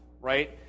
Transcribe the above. Right